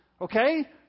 Okay